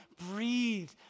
Breathe